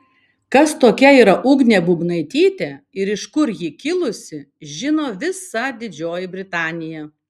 kas tokia yra ugnė bubnaitytė ir iš kur ji kilusi žino visa didžioji britanija